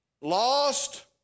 Lost